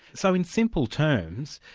so in simple terms,